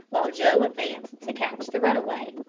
while joe advanced to catch the runaway.